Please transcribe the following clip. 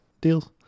deals